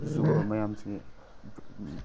ꯁꯤꯒꯨꯝꯕ ꯃꯌꯥꯝꯁꯤ